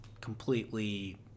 completely